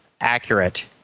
accurate